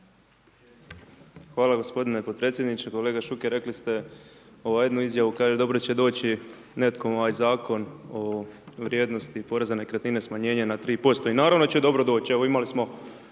Hvala gospodine potpredsjedniče. Kolega Šuker, rekli, ste jednu izjavu, dobro će doći nekome ovaj zakon o vrijednosti poreza na nekretnine, smanjenje na 3% i naravno da će dobro doći. Imali smo